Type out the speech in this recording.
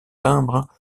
timbre